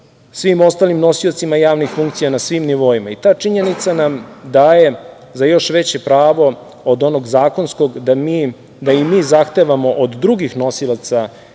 svim ostalim nosiocima javnih funkcija na svim nivoima. Ta činjenica nam daje za još veće pravo od onog zakonskog da i mi zahtevamo od drugih nosilaca